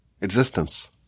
existence